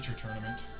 tournament